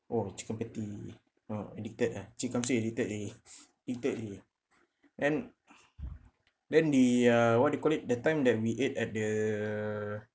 oh chicken patty ah addicted ah chee kam say addicted already addicted already then then the uh what you call it the time that we ate at the